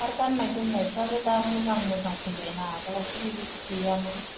आरो गान्नाय जोमनायफ्राबो मोजां मोजां फैबायना आगोलावथ' बेबायदि गैयामोन